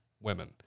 women